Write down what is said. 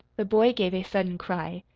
the boy gave a sudden cry.